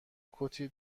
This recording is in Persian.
کتی